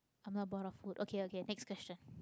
I'm not bored of food okay okay next question